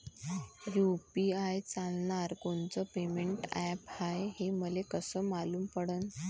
UPI चालणारं कोनचं payment app हाय, हे मले कस मालूम पडन?